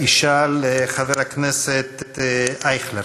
ישאל חבר הכנסת אייכלר.